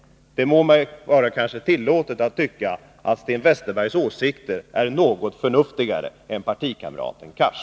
Det må kanske vara mig tillåtet att tycka att Sten Westerbergs åsikter är något förnuftigare än partikamraten Cars.